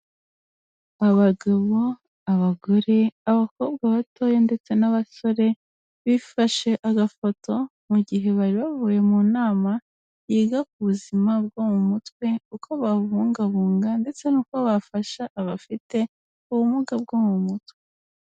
Abagabo, abagore, abakobwa batoya ndetse n'abasore bifashe agafoto mu gihe bari bavuye mu nama yiga ku buzima bwo mu mutwe, uko babubungabunga ndetse n'uko bafasha abafite ubumuga bwo mu mutwe.